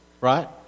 right